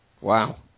Wow